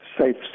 safe